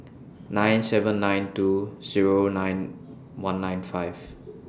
nine seven nine two Zero nine one nine five